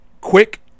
quick